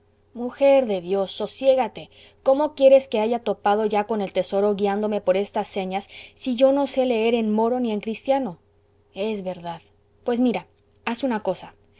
mujer de dios sosiégate cómo quieres que haya topado ya con el tesoro guiándome por estas señas si yo no sé leer en moro ni en cristiano es verdad pues mira haz una cosa